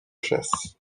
chasse